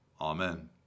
amen